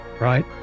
right